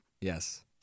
Yes